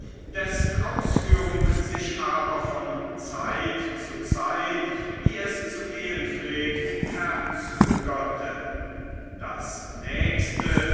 dessen ausführung sich aber von zeit zu zeit wie es zu gehen pflegt verzögerte das nächste